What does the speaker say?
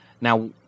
Now